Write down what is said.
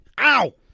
Ow